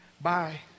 bye